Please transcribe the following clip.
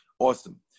Awesome